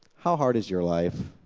how hard is your life?